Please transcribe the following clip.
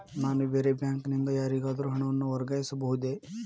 ನಾನು ಬೇರೆ ಬ್ಯಾಂಕ್ ನಿಂದ ಯಾರಿಗಾದರೂ ಹಣವನ್ನು ವರ್ಗಾಯಿಸಬಹುದೇ?